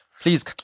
Please